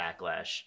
backlash